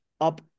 up